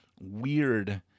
weird